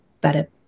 better